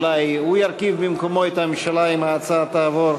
אולי הוא ירכיב במקומו את הממשלה אם ההצעה תעבור.